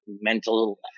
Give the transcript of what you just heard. mental